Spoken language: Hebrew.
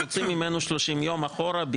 תוציא ממנו 30 יום אחורה,